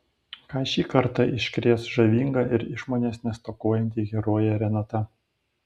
ką šį kartą iškrės žavinga ir išmonės nestokojanti herojė renata